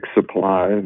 supply